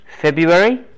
February